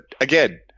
again